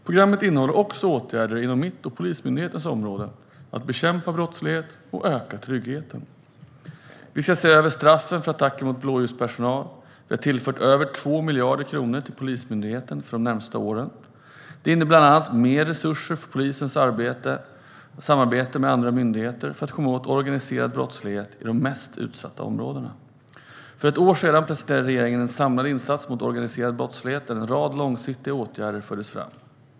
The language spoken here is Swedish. Programmet innehåller också åtgärder inom mitt och Polismyndighetens område som är att bekämpa brottslighet och öka tryggheten. Svar på interpellation Vi ska se över straffen för attacker mot blåljuspersonal. Vi har tillfört över 2 miljarder kronor till Polismyndigheten för de närmaste åren. Det innebär bland annat mer resurser för polisens samarbete med andra myndigheter för att komma åt organiserad brottslighet i de mest utsatta områdena. För ett år sedan presenterade regeringen en samlad insats mot organiserad brottslighet, där en rad långsiktiga åtgärder fördes fram.